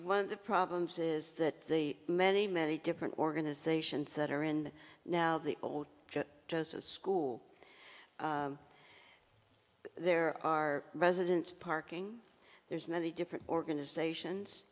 one of the problems is that the many many different organizations that are in the now the old school there are residents parking there's many different organizations